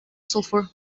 sulfur